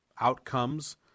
outcomes